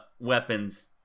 weapons